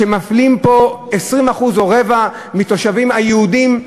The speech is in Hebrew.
כשמפלים פה 20% או רבע מהתושבים היהודים,